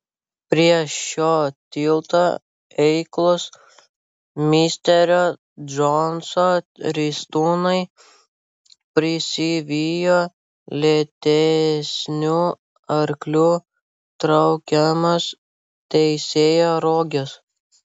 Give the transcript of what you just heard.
prie šio tilto eiklūs misterio džonso ristūnai prisivijo lėtesnių arklių traukiamas teisėjo roges